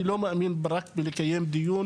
אני לא מאמין בלקיים דיון